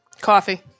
Coffee